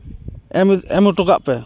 ᱮᱢ ᱮᱢ ᱦᱚᱴᱚ ᱠᱟᱜ ᱯᱮ